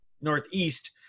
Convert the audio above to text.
northeast